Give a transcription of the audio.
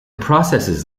processes